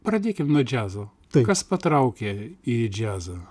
pradėkim nuo džiazo tai kas patraukė į džiazą